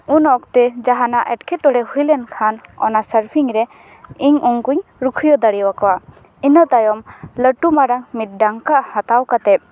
ᱩᱱ ᱚᱠᱛᱮ ᱡᱟᱦᱟᱸᱱᱟᱜ ᱮᱴᱠᱮ ᱴᱚᱬᱮ ᱦᱩᱭ ᱞᱮᱱᱠᱷᱟᱱ ᱚᱱᱟ ᱥᱟᱨᱯᱷᱤᱝ ᱨᱮ ᱤᱧ ᱩᱱᱠᱩᱧ ᱨᱩᱠᱷᱤᱭᱟᱹ ᱫᱟᱲᱮᱭᱟᱠᱚᱣᱟ ᱤᱱᱟᱹᱛᱟᱭᱚᱢ ᱞᱟᱴᱩ ᱢᱟᱨᱟᱝ ᱢᱤᱫ ᱰᱟᱝᱠᱚᱜ ᱦᱟᱛᱟᱣ ᱠᱟᱛᱮᱫ